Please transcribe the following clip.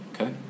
Okay